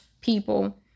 people